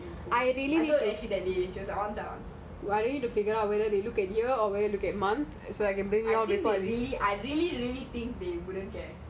the one you still use I told ashley that day